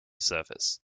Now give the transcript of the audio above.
surface